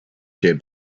share